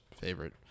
favorite